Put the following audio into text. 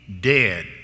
dead